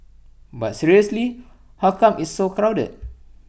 but seriously how come it's so crowded